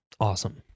awesome